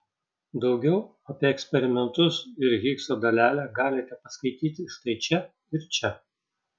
daugiau apie eksperimentus ir higso dalelę galite paskaityti štai čia ir čia